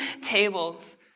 tables